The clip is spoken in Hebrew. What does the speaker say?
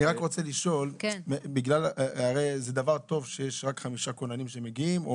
אני רק רוצה לשאול: זה דבר טוב שיש רק חמישה כוננים שמגיעים,